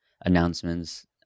announcements